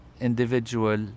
individual